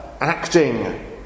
acting